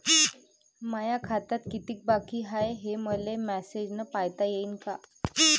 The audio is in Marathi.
माया खात्यात कितीक बाकी हाय, हे मले मेसेजन पायता येईन का?